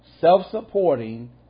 self-supporting